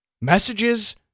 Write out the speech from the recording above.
Messages